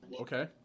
Okay